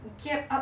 kept up